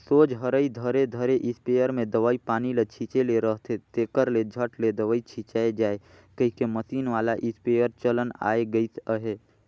सोझ हरई धरे धरे इस्पेयर मे दवई पानी ल छीचे ले रहथे, तेकर ले झट ले दवई छिचाए जाए कहिके मसीन वाला इस्पेयर चलन आए गइस अहे